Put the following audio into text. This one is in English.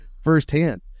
firsthand